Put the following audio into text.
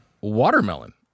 Watermelon